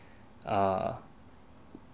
uh